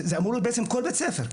זה אמור להיות בעצם כל בית ספר.